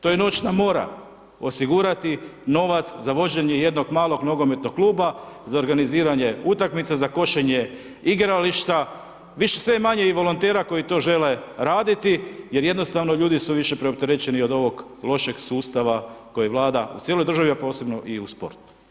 To je noćna mora, osigurati novac za vođenje jednog malog nogometnog kluba, za organiziranje utakmica, za košenje igrališta, bit će i sve manje volontera koji to žele raditi jer jednostavno ljudi su više preopterećeni od ovog lošeg sustava koji vlada u cijeloj državi, a posebno i u sportu.